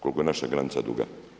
Koliko je naša granica duga?